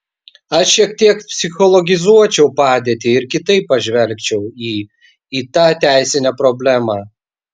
aš šiek tiek psichologizuočiau padėtį ir kitaip pažvelgčiau į į tą teisinę problemą